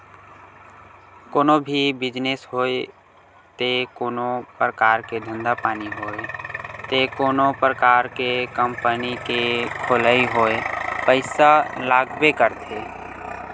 कोनो भी बिजनेस होय ते कोनो परकार के धंधा पानी होय ते कोनो परकार के कंपनी के खोलई होय पइसा लागबे करथे